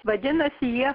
vadinasi jie